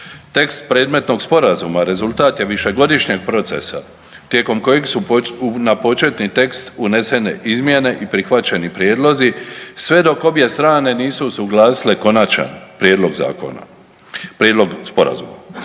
Tekst predmetnog Sporazuma rezultat je višegodišnjeg procesa tijekom kojeg su na početni tekst unesene izmjene i prihvaćeni prijedlozi, sve dok obje strane nisu usuglasile konačan prijedlog zakona,